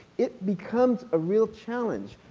it becomes a real challenge.